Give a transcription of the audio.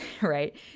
right